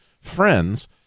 friends